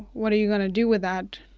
what are you going to do with that?